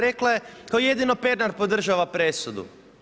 Rekla je kao jedino Pernar podržava presudu.